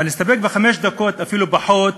אבל אני אסתפק בחמש דקות, ואפילו פחות,